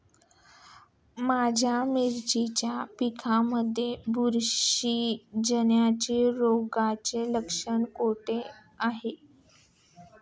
माझ्या मिरचीच्या पिकांमध्ये बुरशीजन्य रोगाची लक्षणे कोणती आहेत?